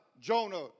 Jonah